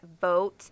vote